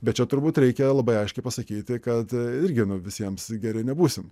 bet čia turbūt reikia labai aiškiai pasakyti kad irgi nu visiems geri nebūsim